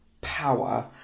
power